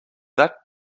that